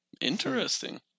Interesting